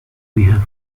have